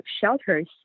shelters